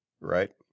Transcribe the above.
right